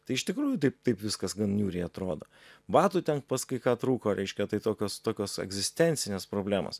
tai iš tikrųjų taip taip viskas gan niūriai atrodo batų ten pas kai ką trūko reiškia tai tokios tokios egzistencinės problemos